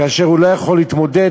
כאשר הוא לא יכול להתמודד,